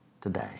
today